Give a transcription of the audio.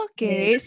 Okay